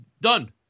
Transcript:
done